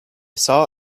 saw